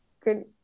good